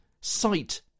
sight